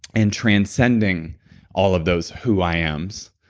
and transcending all of those who i ams,